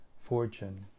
fortune